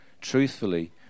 truthfully